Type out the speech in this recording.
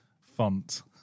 font